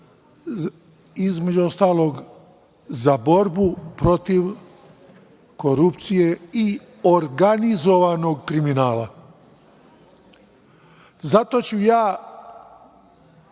između ostalog za borbu protiv korupcije i organizovanog kriminala. Zato ću ja